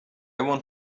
want